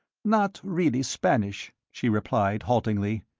not really spanish, she replied, haltingly.